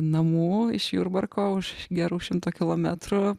namų iš jurbarko už gerų šimto kilometrų